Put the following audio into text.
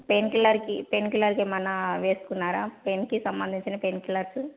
pain కిల్లర్కి pain కిల్లర్కి ఏమన్నా వేసుకున్నారా పెయిన్కి సంబంధించిన పెయిన్ కిల్లర్స్